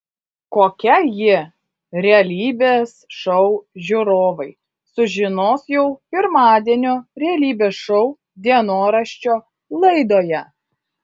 kokia ji realybės šou žiūrovai sužinos jau pirmadienio realybės šou dienoraščio laidoje